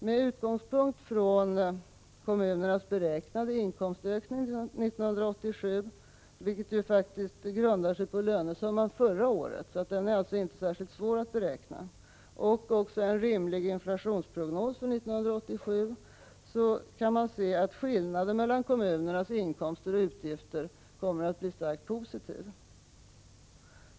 Med utgångspunkt i kommunernas beräknade inkomstökning 1987 — den ärskilt svår att beräkna grundas på lönesumman förra året och är därför inte — och också en rimlig inflationsprognos för 1987 kan man säga att skillnaden mellan kommunernas inkomster och utgifter kommer att bli starkt positiv.